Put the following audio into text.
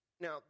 Now